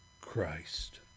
Christ